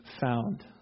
found